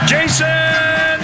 Jason